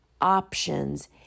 options